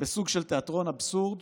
בסוג של תיאטרון אבסורד